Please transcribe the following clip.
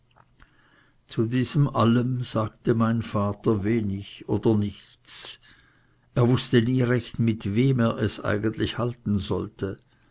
zu diesem allem sagte mein vater wenig oder nichts er wußte nie recht mit wem er es eigentlich halten sollte